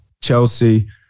Chelsea